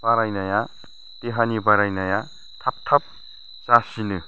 बारायनाया देहानि बारायनाया थाब थाब जासिनो